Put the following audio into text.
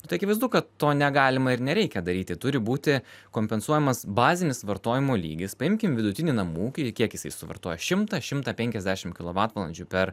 nu tai akivaizdu kad to negalima ir nereikia daryti turi būti kompensuojamas bazinis vartojimo lygis paimkim vidutinį namų ūkį kiek jisai suvartoja šimtą šimtą penkiasdešim kilovatvalandžių per